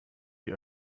die